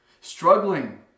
struggling